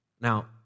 Now